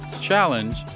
challenge